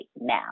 now